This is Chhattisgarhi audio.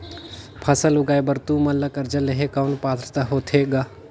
फसल उगाय बर तू मन ला कर्जा लेहे कौन पात्रता होथे ग?